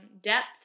depth